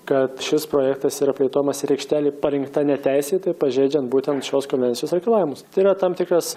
kad šis projektas yra plėtojamas ir aikštelė parinkta neteisėtai pažeidžiant būtent šios konvencijos reikalavimus tai yra tam tikras